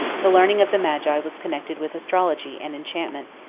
the learning of the magi was connected with astrology and enchantment,